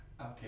Okay